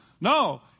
No